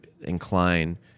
incline